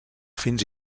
fins